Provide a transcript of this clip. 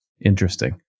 interesting